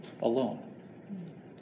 alone